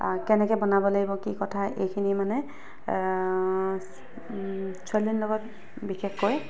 কেনেকৈ বনাব লাগিব কি কথা এইখিনি মানে ছোৱালীজনীৰ লগত বিশেষকৈ